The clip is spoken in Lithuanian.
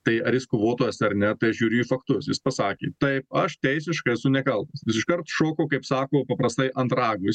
tai ar jis kovotojas ar ne tai aš žiūri į faktus jis pasakė taip aš teisiškai esu nekaltas iškart šoko kaip sako paprastai ant rago jis